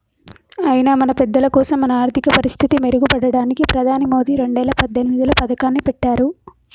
అయినా మన పెద్దలకోసం మన ఆర్థిక పరిస్థితి మెరుగుపడడానికి ప్రధాని మోదీ రెండేల పద్దెనిమిదిలో పథకాన్ని పెట్టారు